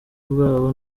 bwabo